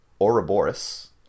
Ouroboros